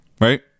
right